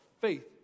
faith